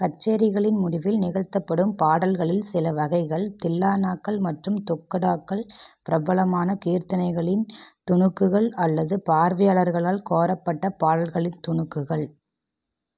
கச்சேரிகளின் முடிவில் நிகழ்த்தப்படும் பாடல்களில் சில வகைகள் தில்லானாக்கள் மற்றும் துக்கடாக்கள் பிரபலமான கீர்த்தனைகளின் துணுக்குகள் அல்லது பார்வையாளர்களால் கோரப்பட்ட பாடல்களின் துணுக்குகள்